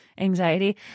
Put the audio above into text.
Anxiety